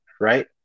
Right